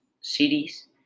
cities